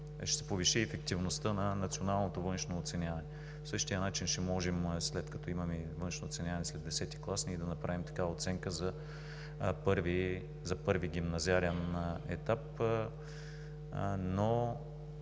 ще повиши ефективността на националното външно оценяване. По същия начин ще можем, след като имаме външно оценяване, след Х клас да направим такава оценка за първи гимназиален етап, но